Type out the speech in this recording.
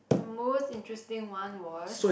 most interesting one was